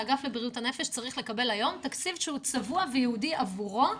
האגף לבריאות הנפש צריך לקבל היום תקציב שהוא צבוע וייעודי עבורו,